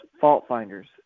fault-finders